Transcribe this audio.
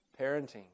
parenting